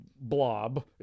blob